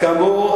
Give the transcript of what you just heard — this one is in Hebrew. כאמור,